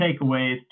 takeaways